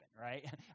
right